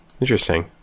Interesting